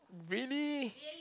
really